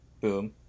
Boom